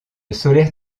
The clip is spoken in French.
solaire